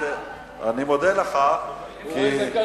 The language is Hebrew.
אני אתך כל